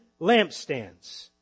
lampstands